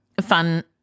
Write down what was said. fun